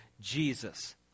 Jesus